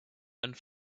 and